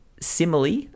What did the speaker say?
Simile